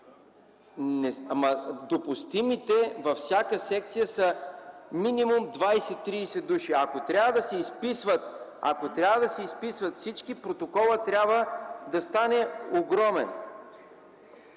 Допустимите във всяка секция са минимум 20-30 души. Ако трябва да се изписват всички, протоколът ще да стане огромен.